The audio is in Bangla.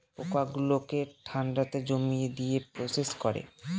পোকা গুলোকে ঠান্ডাতে জমিয়ে দিয়ে প্রসেস করে